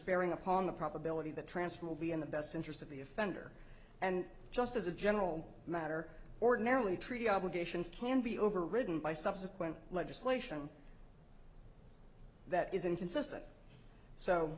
bearing upon the probability that transfer will be in the best interest of the offender and just as a general matter ordinarily treaty obligations can be overridden by subsequent legislation that is inconsistent so